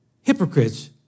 Hypocrites